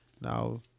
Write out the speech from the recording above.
now